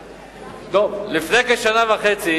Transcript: לפני כשנה וחצי